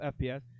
FPS